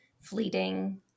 fleeting